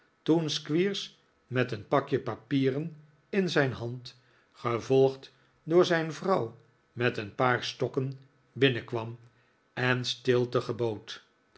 toen squeers met een pakje papieren in zijn hand gevolgd door zijn vrouw met een paar stokken binnenkwam en stilte gebood